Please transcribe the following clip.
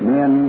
Men